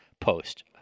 Post